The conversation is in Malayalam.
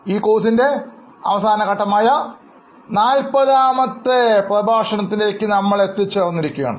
ഈ കോഴ്സിന്റെ അവസാന ഘട്ടമായ നാല്പതാമത്തെ പ്രഭാഷണത്തിലേക്ക് നമ്മൾ എത്തിച്ചേർന്നിരിക്കുന്ന യാണ്